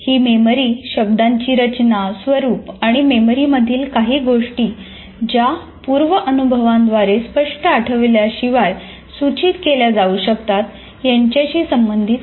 ही memory शब्दांची रचना स्वरूप आणि मेमरीमधील काही गोष्टी ज्या पूर्व अनुभवाद्वारे स्पष्ट आठवल्याशिवाय सुचित केल्या जाऊ शकतात यांच्याशी संबंधित आहे